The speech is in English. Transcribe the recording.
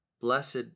blessed